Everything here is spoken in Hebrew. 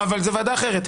אבל זו וועדה אחרת.